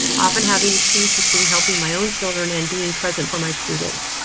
often having to choose between helping my own children and being present for my students.